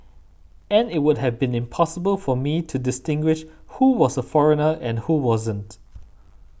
and it would have been impossible for me to distinguish who was a foreigner and who wasn't